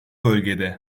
bölgede